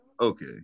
Okay